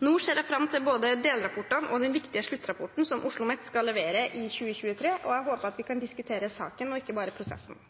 Nå ser jeg fram til både delrapportene og den viktige sluttrapporten, som OsloMet skal levere i 2023. Jeg håper vi kan diskutere saken og ikke bare prosessen.